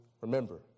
remember